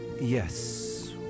Yes